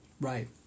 right